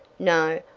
no,